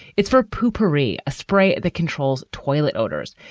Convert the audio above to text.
it's for popery, a spray that controls toilet odors,